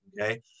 okay